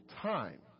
time